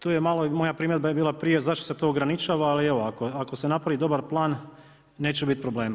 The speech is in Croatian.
Tu je malo i moja primjedba je bila prije zašto se to ograničava ali evo ako se napravi dobar plan neće biti problema.